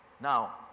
Now